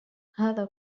هذا